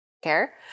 care